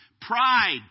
Pride